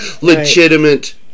legitimate